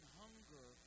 hunger